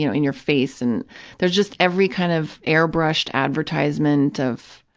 you know in your face, and there's just every kind of airbrushed advertisement of,